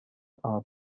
are